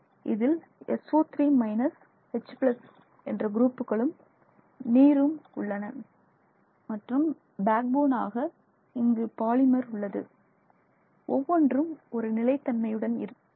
இதில் SO3 H என்ற குரூப்களும் நீரும் உள்ளன மற்றும் பேக் போன் ஆக இங்கு பாலிமர் உள்ளது ஒவ்வொன்றும் ஒரு நிலை தன்மையுடன் உள்ளது